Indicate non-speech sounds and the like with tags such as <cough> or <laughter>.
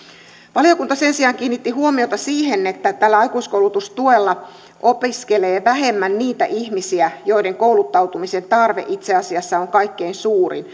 valiokunta sen sijaan kiinnitti huomiota siihen että aikuiskoulutustuella opiskelee vähemmän niitä ihmisiä joiden kouluttautumisen tarve itse asiassa on kaikkein suurin <unintelligible>